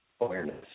awareness